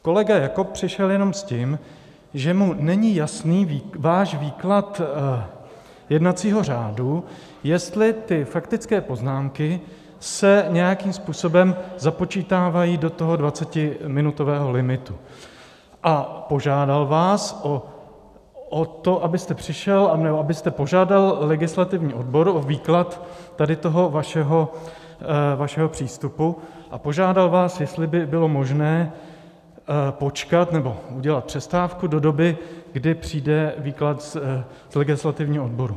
Kolega Jakob přišel jenom s tím, že mu není jasný váš výklad jednacího řádu, jestli ty faktické poznámky se nějakým způsobem započítávají do toho 20minutového limitu, a požádal vás o to, abyste přišel a abyste požádal legislativní odbor o výklad tohoto vašeho přístupu, a požádal vás, jestli by bylo možné počkat nebo udělat přestávku do doby, kdy přijde výklad z legislativního odboru.